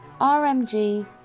RMG